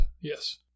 Yes